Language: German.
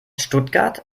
stuttgart